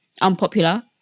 unpopular